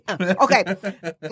Okay